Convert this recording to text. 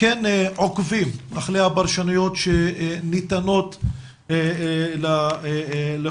כן עוקבים אחרי הפרשנויות שניתנות לחוק